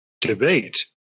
debate